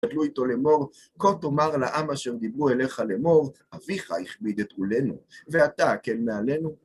גדלו איתו לאמור, כה תאמר לעם אשר דיברו אליך לאמור, אביך הכביד את עולנו, ואתה הקל מעלינו.